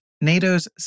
NATO's